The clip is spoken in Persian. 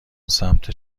سمت